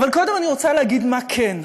קודם אני רוצה להגיד מה כן.